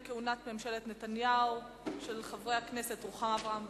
חוק ההתייעלות הכלכלית (תיקוני חקיקה ליישום התוכנית הכלכלית לשנים